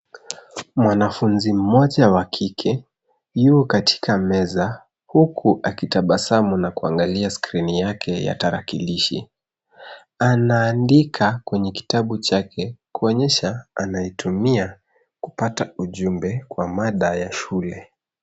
Mwanafunzi mmoja wa kike yuko katika meza huku akitabasamu na kuangalia skrini yake ya tarakilishi. Anaandika kwenye kitabu chake kuonyesha anaitumia kupata ujumbe kwa mada ya shule.